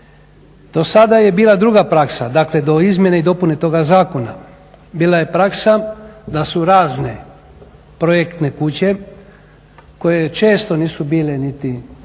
Do sada je bila druga praksa, dakle do izmjene i dopune toga zakona bila je praksa da su razne projektne kuće koje često nisu bile niti